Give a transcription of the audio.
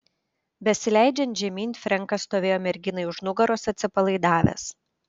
besileidžiant žemyn frenkas stovėjo merginai už nugaros atsipalaidavęs